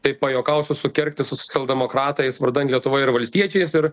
taip pajuokausiu sukergti su socialdemokratais vardan lietuva ir valstiečiais ir